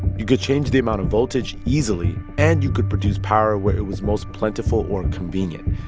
you could change the amount of voltage easily, and you could produce power where it was most plentiful or convenient.